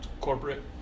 Corporate